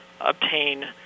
obtain